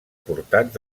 portats